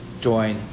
join